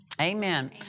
Amen